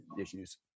issues